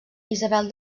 isabel